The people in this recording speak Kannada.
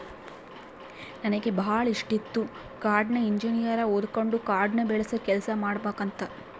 ನನಗೆ ಬಾಳ ಇಷ್ಟಿತ್ತು ಕಾಡ್ನ ಇಂಜಿನಿಯರಿಂಗ್ ಓದಕಂಡು ಕಾಡ್ನ ಬೆಳಸ ಕೆಲ್ಸ ಮಾಡಬಕಂತ